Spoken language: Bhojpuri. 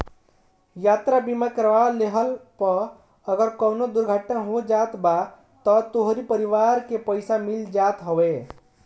यात्रा बीमा करवा लेहला पअ अगर कवनो दुर्घटना हो जात बा तअ तोहरी परिवार के पईसा मिल जात हवे